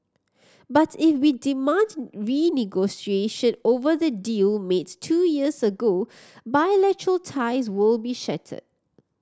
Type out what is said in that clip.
but if we demand renegotiation over the deal makes two years ago bilateral ties will be shattered